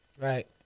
Right